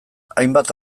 hainbat